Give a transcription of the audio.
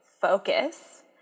focus